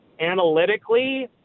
Analytically